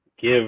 give –